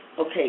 okay